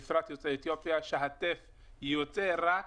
בפרט יוצאי אתיופיה שהטף יוצא רק